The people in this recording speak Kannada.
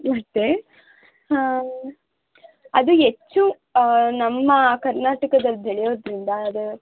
ಇರುತ್ತೆ ಅದು ಹೆಚ್ಚು ನಮ್ಮ ಕರ್ನಾಟಕದಲ್ಲಿ ಬೆಳೆಯೋದರಿಂದ ಅದು